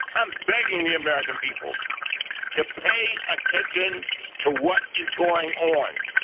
i'm begging the american people to pay attention to what is going on.